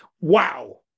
Wow